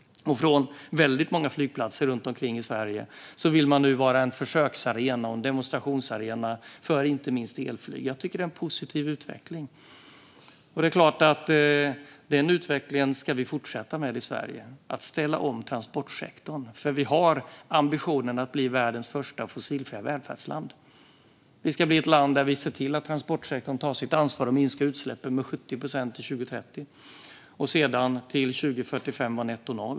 Från väldigt många flygplatser runt omkring i Sverige vill man nu vara en försöks och demonstrationsarena för inte minst elflyg. Jag tycker att det är en positiv utveckling Den utvecklingen att ställa om transportsektorn ska vi fortsätta med i Sverige, för vi har ambitionen att bli världens första fossilfria välfärdsland. Vi ska bli ett land där vi ser till att transportsektorn tar sitt ansvar och minskar utsläppen med 70 procent till 2030 och till nettonoll 2045.